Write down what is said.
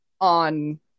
on